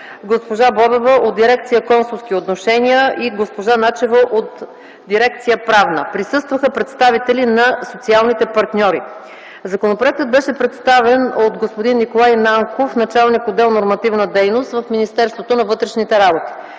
госпожа Бобева от дирекция „Консулски отношения” и госпожа Начева от дирекция „Правна”. Присъстваха и представители на социалните партньори. Законопроектът бе представен от господин Николай Нанков - началник на отдел „Нормативна дейност” в Министерството на вътрешните работи.